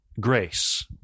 grace